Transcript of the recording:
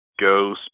go